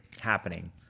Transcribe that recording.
happening